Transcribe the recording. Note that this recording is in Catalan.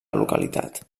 localitat